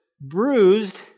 bruised